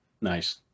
Nice